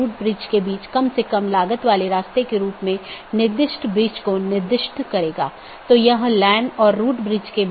पथ को पथ की विशेषताओं के रूप में रिपोर्ट किया जाता है और इस जानकारी को अपडेट द्वारा विज्ञापित किया जाता है